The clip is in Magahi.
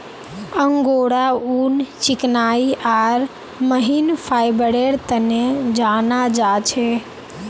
अंगोरा ऊन चिकनाई आर महीन फाइबरेर तने जाना जा छे